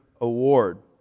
award